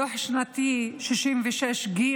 דוח שנתי 66ג,